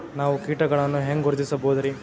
ನಾವು ಕೀಟಗಳನ್ನು ಹೆಂಗ ಗುರುತಿಸಬೋದರಿ?